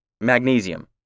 magnesium